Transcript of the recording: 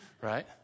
right